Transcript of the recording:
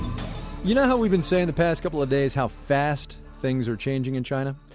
you know how we've been saying the past couple of days how fast things are changing in china?